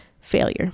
Failure